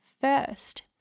first